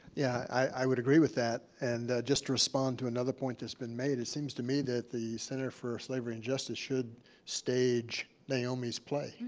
yeah, i would agree with that. and just respond to another point that's been made, it seems to me that the center for slavery and justice should stage naomi's play. hear,